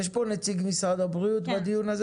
יש פה נציג של משרד הבריאות בדיון?